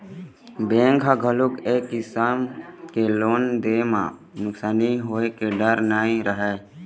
bank ह घलोक ए किसम के लोन दे म नुकसानी होए के डर नइ रहय